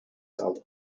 kaldı